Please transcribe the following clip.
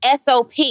SOP